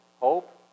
hope